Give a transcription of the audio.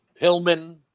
Pillman